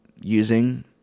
Using